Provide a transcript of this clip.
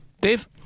Dave